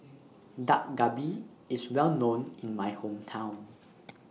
Dak Galbi IS Well known in My Hometown